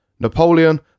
Napoleon